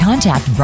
Contact